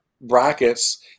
brackets